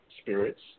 spirits